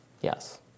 Yes